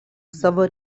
savo